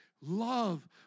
love